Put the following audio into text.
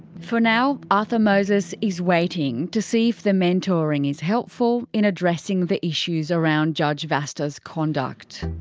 for now, arthur moses is waiting to see if the mentoring is helpful in addressing the issues around judge vasta's conduct.